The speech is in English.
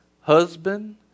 husband